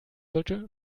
sollte